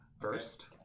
first